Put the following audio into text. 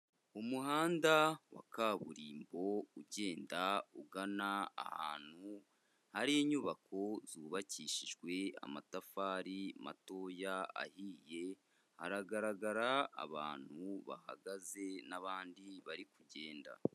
Umuhanda wa kaburimbo ugenda ugana ahantu hari inyubako zubakishijwe amatafari matoya ahiye, haragaragara abantu bahagaze n'abandi bari kugenda.